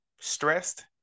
Stressed